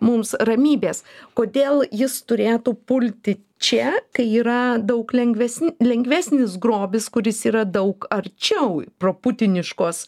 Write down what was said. mums ramybės kodėl jis turėtų pulti čia kai yra daug lengvesni lengvesnis grobis kuris yra daug arčiau pro putiniškos